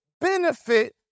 benefit